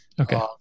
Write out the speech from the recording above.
Okay